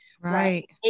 right